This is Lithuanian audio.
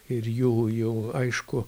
ir jų jų aišku